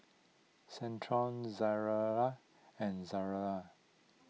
Centrum Ezerra and Ezerra